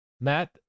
Matt